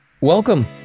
Welcome